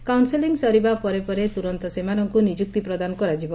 counselling ସରିବା ପରେ ପରେ ତୁରନ୍ତ ସେମାନଙ୍କୁ ନିଯୁକ୍ତି ପ୍ରଦାନ କରାଯିବ